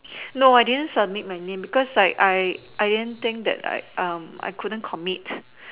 no I didn't submit my name because like I I didn't think that like I couldn't commit